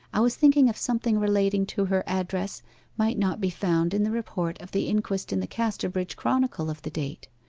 i was thinking if something relating to her address might not be found in the report of the inquest in the casterbridge chronicle of the date.